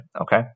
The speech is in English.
okay